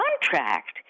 contract